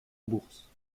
bourse